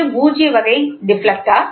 இது பூஜ்ய வகை டிஃப்ளெக்டர்